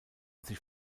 sich